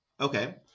Okay